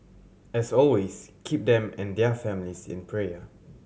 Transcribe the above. as always keep them and their families in prayer